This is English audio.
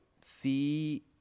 see